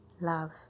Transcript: love